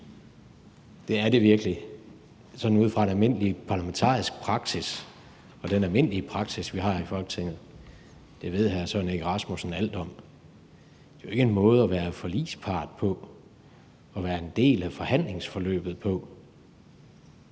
Det er det virkelig, sådan ud fra en almindelig parlamentarisk praksis og den almindelige praksis, vi har i Folketinget, og det ved hr. Søren Egge Rasmussen alt om. Det er jo ikke en måde at være forligspart på, at være en del af forhandlingsforløbet på.